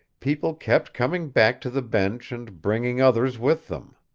people kept coming back to the bench and bringing others with them.